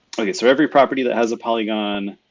okay, so every property that has a polygon,